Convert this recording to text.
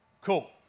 cool